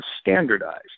standardized